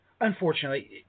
unfortunately